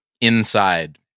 inside